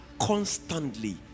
constantly